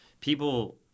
People